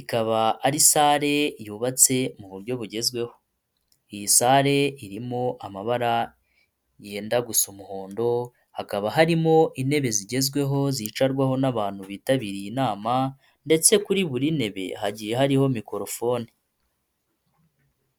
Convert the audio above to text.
ikaba ari sare yubatse mu buryo bugezweho. Iyi sare irimo amabara yenda gusa umuhondo, hakaba harimo intebe zigezweho zicarwaho n'abantu bitabiriye inama ndetse kuri buri ntebe hagiye hariho mikorofone.